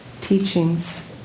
teachings